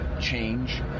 change